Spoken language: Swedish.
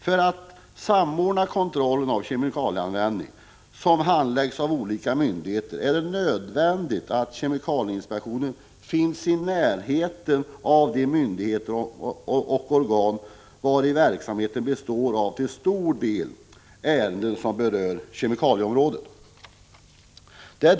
För att man skall kunna samordna kontrollen av kemikalieanvändning, som handläggs av olika myndigheter, är det nödvändigt att kemikalieinspektionen finns i närheten av de myndigheter och organ vilkas verksamhet till stor del gäller ärenden som berör kemikalieområdet. Kemikalieinspektionen Prot.